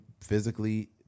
physically